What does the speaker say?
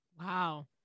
Wow